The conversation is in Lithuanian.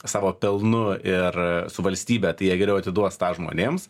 savo pelnu ir su valstybe tai jie geriau atiduos tą žmonėms